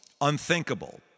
unthinkable